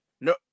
no